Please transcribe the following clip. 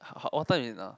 what time is it now